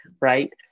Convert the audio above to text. right